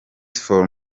for